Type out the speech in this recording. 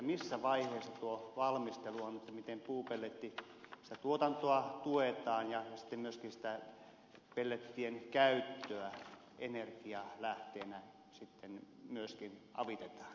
missä vaiheessa on valmistelu siitä miten puupellettituotantoa tuetaan ja myöskin pellettien käyttöä energialähteenä avitetaan